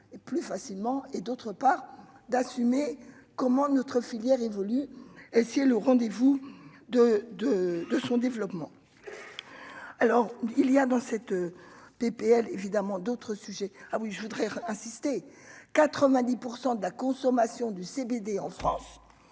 plus facilement et d'autre part d'assumer comment notre filière évolue et si le rendez-vous de de de son développement, alors il y a dans cette PPL évidemment d'autres sujets, ah oui, je voudrais insister 90 % de la consommation du CBD en France